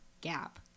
Gap